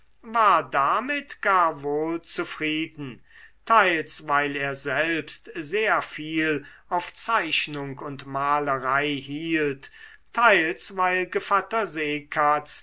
war damit gar wohl zufrieden teils weil er selbst sehr viel auf zeichnung und malerei hielt teils weil gevatter seekatz